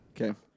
Okay